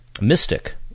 mystic